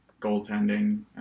goaltending